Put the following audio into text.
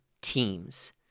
teams